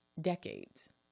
Decades